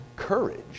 courage